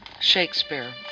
Shakespeare